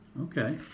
Okay